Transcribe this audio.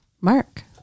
Mark